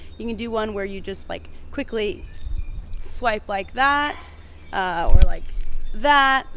you can do one where you just like quickly swipe like that or like that.